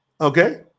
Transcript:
Okay